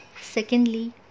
secondly